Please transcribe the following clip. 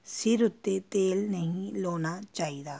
ਸਿਰ ਉੱਤੇ ਤੇਲ ਨਹੀਂ ਲਾਉਣਾ ਚਾਹੀਦਾ